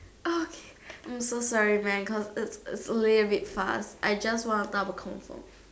okay I'm so sorry man cause it's it's a little bit fast I just want to double confirm